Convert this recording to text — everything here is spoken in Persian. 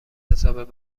حساب